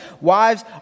wives